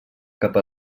cap